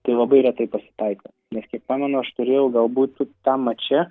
tai labai retai pasitaiko nes kiek pamenu aš turėjau galbūt tam mače